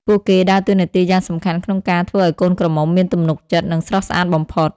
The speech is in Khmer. ពួកគេដើរតួនាទីយ៉ាងសំខាន់ក្នុងការធ្វើឱ្យកូនក្រមុំមានទំនុកចិត្ត និងស្រស់ស្អាតបំផុត។